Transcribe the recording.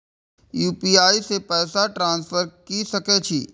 UPI से पैसा transfer की सके छी?